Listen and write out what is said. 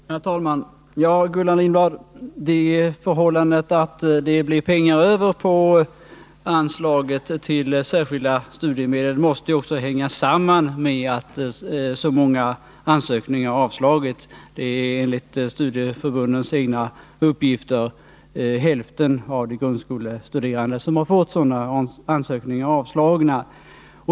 Herr talman! Ja, Gullan Lindlad, det förhållandet att det blir pengar över på anslaget till särskilda studiemedel måste också hänga samman med att så många ansökningar har avslagits. Enligt studieförbundens egna uppgifter har hälften av de studerande fått ansökningarna avslagna.